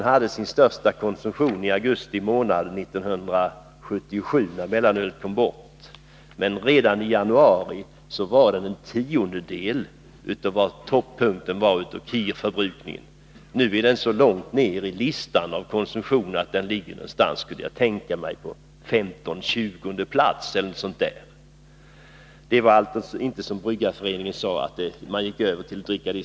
Kir hade sin största konsumtion i augusti månad 1977, när mellanölet kom bort, men redan i januari 1978 var Kirförbrukningen en tiondel av vad den var när den låg på toppunkten. Nu är den så långt nere på konsumtionslistan att den stannar, skulle jag tänka mig, på femtonde eller tjugonde plats. Det var alltså inte så, som Bryggareföreningen sade, att man gick över till Kir.